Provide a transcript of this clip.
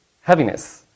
heaviness